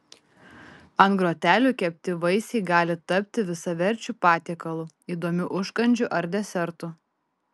ant grotelių kepti vaisiai gali tapti visaverčiu patiekalu įdomiu užkandžiu ar desertu